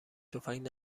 تفنگ